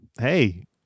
Hey